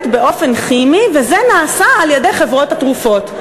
באופן כימי וזה נעשה על-ידי חברות התרופות.